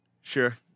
Sure